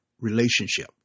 relationship